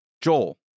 Joel